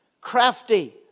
crafty